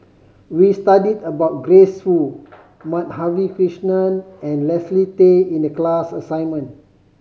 we studied about Grace Fu Madhavi Krishnan and Leslie Tay in the class assignment